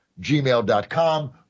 gmail.com